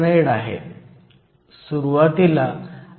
88 micrometre आहे आणि यापैकी बहुतेक n बाजूमध्ये आहेत